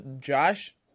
Josh